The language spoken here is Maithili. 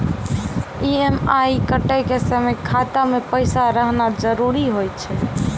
ई.एम.आई कटै के समय खाता मे पैसा रहना जरुरी होय छै